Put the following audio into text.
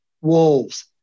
wolves